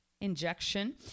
Injection